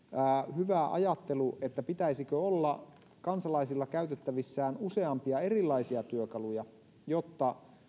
hyvä ajattelu että pitäisikö olla kansalaisilla käytettävissään useampia erilaisia työkaluja jotta